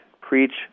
preach